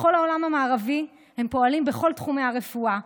בכל העולם המערבי הם פועלים בכל תחומי הרפואה,